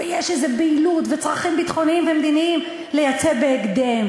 ויש איזו בהילות וצרכים ביטחוניים ומדיניים לייצא בהקדם,